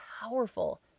powerful